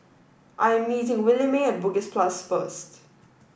I am meeting Williemae at Bugis plus first